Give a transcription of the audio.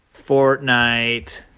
Fortnite